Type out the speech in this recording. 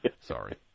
Sorry